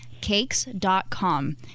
Cakes.com